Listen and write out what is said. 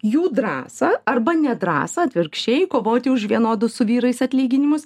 jų drąsą arba nedrąsą atvirkščiai kovoti už vienodus su vyrais atlyginimus